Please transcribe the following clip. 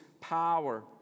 power